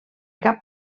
cap